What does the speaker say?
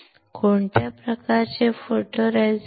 कोणत्या प्रकारचे फोटोरेसिस्ट